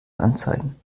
anzeigen